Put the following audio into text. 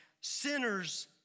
Sinners